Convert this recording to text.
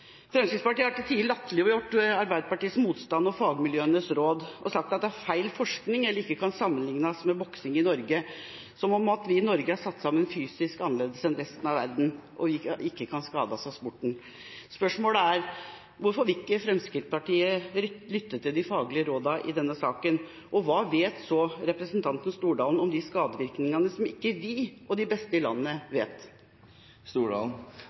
Fremskrittspartiet har til tider latterliggjort Arbeiderpartiets motstand og fagmiljøenes råd og sagt at det er feil forskning, eller at det ikke kan sammenlignes med boksing i Norge – som om vi i Norge fysisk er satt sammen annerledes enn resten av verden og ikke kan skade oss av sporten. Spørsmålet er: Hvorfor vil ikke Fremskrittspartiet lytte til de faglige rådene i denne saka, og hva vet representanten Stordalen om skadevirkningene som ikke vi – og de beste i landet